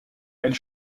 elle